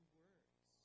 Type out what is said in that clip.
words